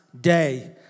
day